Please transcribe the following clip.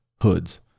hoods